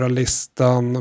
listan